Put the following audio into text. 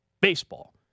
baseball